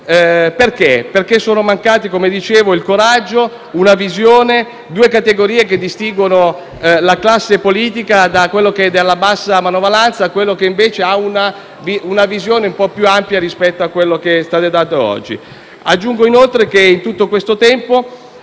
complete. Sono mancati - come detto - il coraggio e una visione, due categorie che distinguono la classe politica della bassa manovalanza da quella che invece ha una visione più ampia rispetto a quella che state dimostrando oggi.